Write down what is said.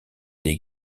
des